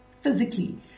physically